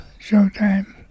Showtime